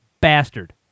bastard